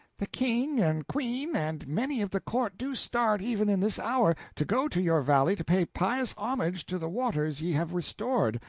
the king and queen and many of the court do start even in this hour, to go to your valley to pay pious homage to the waters ye have restored,